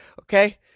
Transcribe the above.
okay